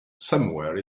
somewhere